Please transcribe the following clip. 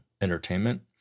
entertainment